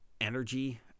energy